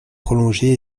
prolongé